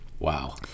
wow